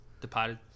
Departed